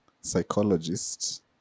psychologist